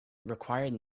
required